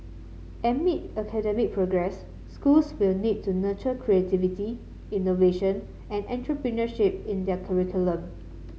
amid academic progress schools will need to nurture creativity innovation and entrepreneurship in their curriculum